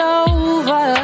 over